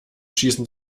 schießen